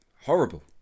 horrible